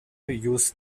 use